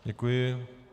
Děkuji.